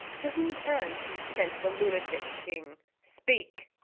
to whose hands have you sent the lunatic king? speak.